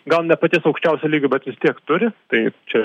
gal ne paties aukščiausio lygio bet vis tiek turi tai čia